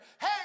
Hey